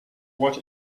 what